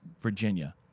Virginia